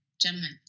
Gentlemen